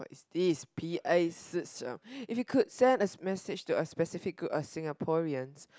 this is a P_A system if you could send a message to a specific group of Singaporean